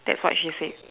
that's what she said